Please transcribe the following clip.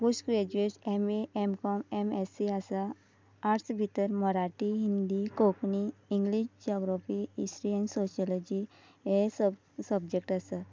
post graduate M A M com M S C आसा arts भितर Marathi Hindi Konkani English geography history and sociology हे subject आसात